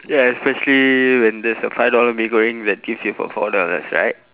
yes especially when there's a five dollar mee goreng that gives you for four dollars right